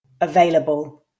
Available